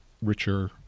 richer